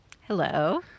Hello